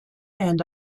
and